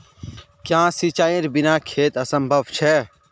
क्याँ सिंचाईर बिना खेत असंभव छै?